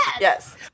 Yes